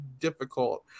difficult